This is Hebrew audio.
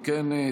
אם כן,